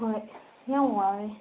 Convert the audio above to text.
ꯍꯣꯏ ꯌꯥꯝ ꯋꯥꯏ